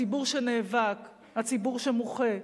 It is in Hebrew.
הציבור שנאבק, הציבור שמוחה,